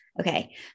okay